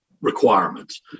requirements